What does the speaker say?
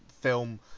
film